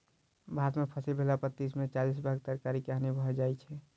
भारत में फसिल भेला पर तीस से चालीस भाग तरकारी के हानि भ जाइ छै